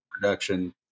production